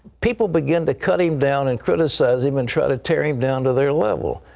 people begin to cut him down and criticize him and try to tear him down to their level.